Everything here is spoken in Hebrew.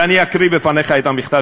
ואני אקריא בפניך את המכתב.